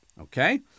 okay